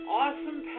awesome